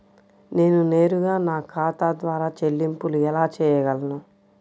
నేను నేరుగా నా ఖాతా ద్వారా చెల్లింపులు ఎలా చేయగలను?